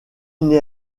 n’est